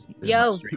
yo